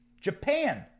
Japan